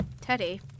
Teddy